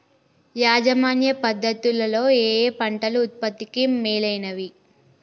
యాజమాన్య పద్ధతు లలో ఏయే పంటలు ఉత్పత్తికి మేలైనవి?